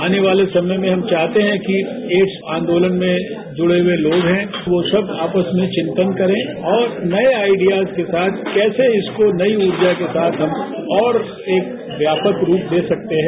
आने वाले समय में हम चाहते है कि एड्स आंदोलन में जूड़े हुए लोग है वो सब आपस में चिंतन करें और नये आइडियाज के साथ कैसे इसको नई ऊर्जा के साथ और एक व्यापक रूप दे सकते हैं